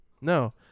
No